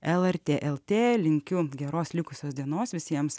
lrt lt linkiu geros likusios dienos visiems